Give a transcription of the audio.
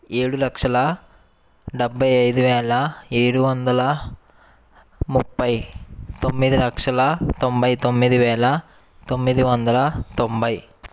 ఏడు లక్షల డెబ్భై ఐదు వేల ఏడు వందల ముప్పై తొమ్మిది లక్షల తొంభై తొమ్మిది వేల తొమ్మిది వందల తొంభై